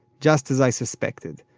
just as i suspected.